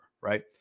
right